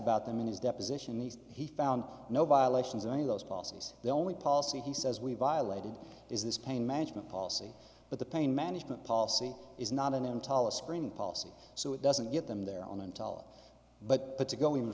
about them in his deposition these he found no violations of any of those policies the only policy he says we violated is this pain management policy but the pain management policy is not an intel a screening policy so it doesn't give them their own intel but to go even